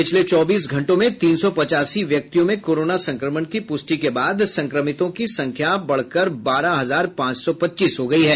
पिछले चौबीस घंटो में तीन सौ पचासी व्यक्तियों में कोरोना संक्रमण की पुष्टि के बाद संक्रमितों की संख्या बढ़कर बारह हजार पांच सौ पच्चीस हो गयी है